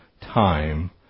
time